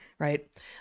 Right